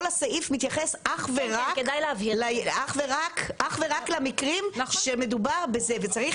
כל הסעיף מתייחס אך ורק למקרים שמדובר בזה וצריך